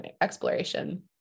exploration